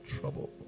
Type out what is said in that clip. trouble